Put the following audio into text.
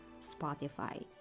Spotify